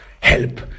Help